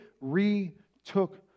retook